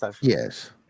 Yes